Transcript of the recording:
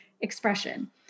expression